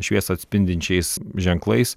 šviesą atspindinčiais ženklais